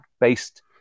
based